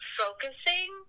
focusing